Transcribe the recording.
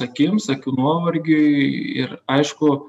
akims akių nuovargiui ir aišku